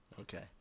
Okay